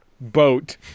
boat